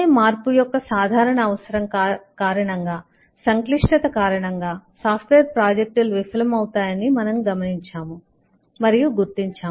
మార్పు యొక్క సాధారణ అవసరం కారణంగా సంక్లిష్టత కారణంగా సాఫ్ట్వేర్ ప్రాజెక్టులు విఫలమవుతాయని మనము గమనించాము మరియు గుర్తించాము